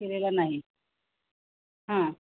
केलेला नाही हां